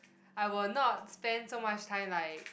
I will not spend so much time like